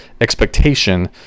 expectation